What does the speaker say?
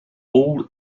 all